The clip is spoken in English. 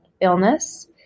illness